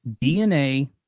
DNA